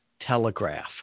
Telegraph